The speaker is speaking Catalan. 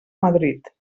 madrid